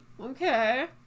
Okay